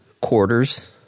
quarters